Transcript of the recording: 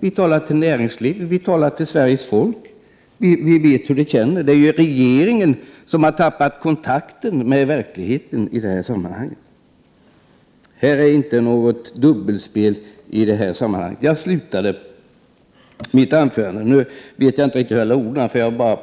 Vi talar till näringslivet, till Sveriges folk. Vi vet hur man känner. Det är regeringen som har tappat kontakten med verkligheten i detta sammanhang. Här finns inte något dubbelspel. Jag avslutade mitt anförande med att säga